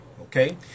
okay